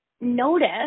Notice